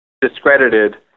discredited